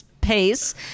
pace